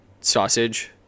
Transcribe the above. sausage